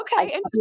Okay